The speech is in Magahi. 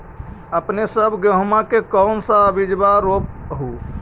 अपने सब गेहुमा के कौन सा बिजबा रोप हू?